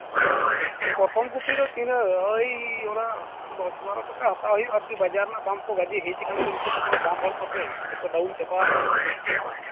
ᱯᱷᱩᱞ ᱠᱚᱯᱤ ᱫᱚ ᱛᱤᱱᱟᱹᱜ ᱳᱭ ᱫᱚᱥ ᱵᱟᱨᱚ ᱴᱟᱠᱟ ᱦᱟᱛᱟᱣ ᱦᱩᱭᱩᱜᱼᱟ ᱟᱨᱠᱤ ᱵᱟᱡᱟᱨ ᱨᱮᱱᱟᱜ ᱫᱟᱢ ᱛᱚ ᱜᱟᱡᱮ ᱦᱮᱡ ᱠᱟᱱᱟ ᱱᱤᱛᱚᱜ ᱫᱚ ᱠᱚᱱᱳ ᱫᱟᱢ ᱵᱟᱹᱱᱩᱜᱼᱟ ᱥᱮ ᱡᱚᱛᱚ ᱰᱟᱣᱩᱱ ᱪᱟᱵᱟᱣ ᱠᱟᱱᱟ